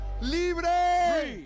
libre